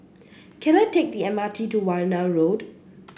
can I take the M R T to Warna Road